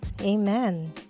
amen